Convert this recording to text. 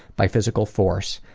by physical force.